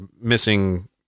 missing